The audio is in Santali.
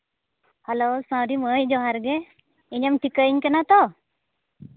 ᱦᱮᱞᱳ ᱢᱟᱹᱭ ᱡᱚᱦᱟᱨ ᱜᱮ ᱤᱧᱮᱢ ᱴᱷᱤᱠᱟᱹᱧ ᱠᱟᱱᱟ ᱛᱚ